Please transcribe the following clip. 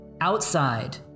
Outside